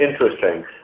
interesting